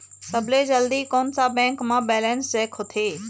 सबसे जल्दी कोन सा बैंक म बैलेंस चेक होथे?